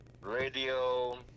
Radio